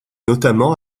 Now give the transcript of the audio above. notamment